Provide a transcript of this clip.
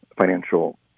financial